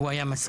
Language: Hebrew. הוא היה מסכים,